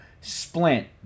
splint